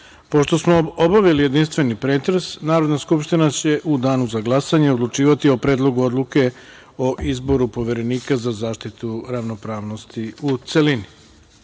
smo obavili jedinstveni pretres, Narodna skupština će u Danu za glasanje odlučivati o Predlogu odluke o izboru Poverenika za zaštitu ravnopravnosti, u